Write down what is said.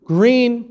Green